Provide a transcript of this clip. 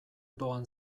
doan